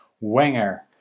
Wenger